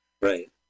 Right